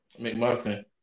McMuffin